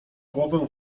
głowę